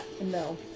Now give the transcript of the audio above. No